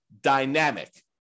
dynamic